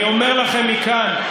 אני אומר לכם מכאן,